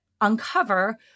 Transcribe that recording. uncover